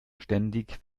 ständig